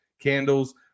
candles